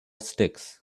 sticks